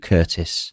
Curtis